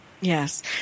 Yes